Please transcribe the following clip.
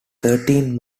thirteen